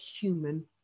human